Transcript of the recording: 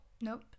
nope